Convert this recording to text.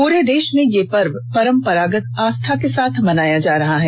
पूरे देश में ये पर्व परम्परागत आस्था के साथ मनाया जा रहा है